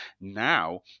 Now